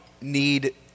need